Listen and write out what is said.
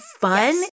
fun